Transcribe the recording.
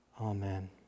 Amen